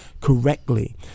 correctly